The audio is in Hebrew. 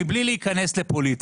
מבלי להיכנס לפוליטיקה,